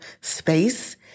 space